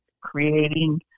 creating